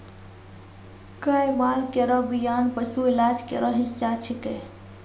गाय माल केरो बियान पशु इलाज केरो हिस्सा छिकै